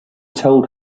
told